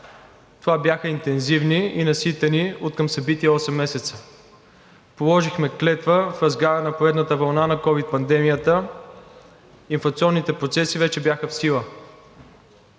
Това бяха интензивни и наситени откъм събития осем месеца. Положихме клетва в разгара на поредната вълна на ковид пандемията. Инфлационните процеси вече бяха в сила.